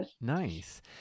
Nice